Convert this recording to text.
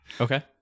Okay